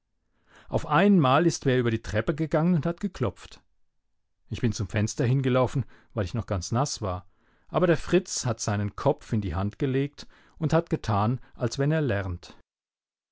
auf einmal ist wer über die treppe gegangen und hat geklopft ich bin zum fenster hingelaufen weil ich noch ganz naß war aber der fritz hat seinen kopf in die hand gelegt und hat getan als wenn er lernt